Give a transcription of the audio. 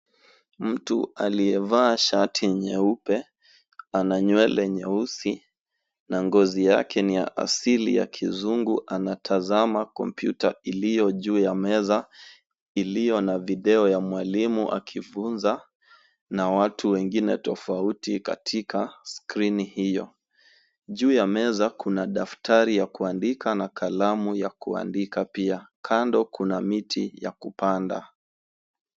Mtu aliyevaa shati nyeupe, ana nywele nyeusi na ngozi yake ni ya asili ya kizungu anatazama kompyuta iliyo juu ya meza, iliyo na video ya mwalimu akifunza, na watu wengine tofauti katika skrini hiyo. Juu ya meza kuna daftari ya kuandika na kalamu ya kuandika pia. Kando kuna miti ya kupanda.